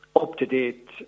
up-to-date